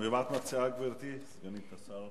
מה את מציעה, גברתי סגנית השר?